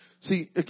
See